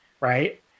right